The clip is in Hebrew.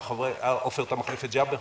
עופר, אתה מחליף את ג'אבר?